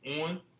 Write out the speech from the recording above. on